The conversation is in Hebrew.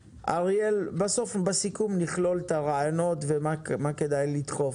בסוף, בסיכום נכלול את הרעיונות ומה כדאי לדחוף.